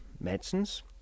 medicines